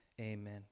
Amen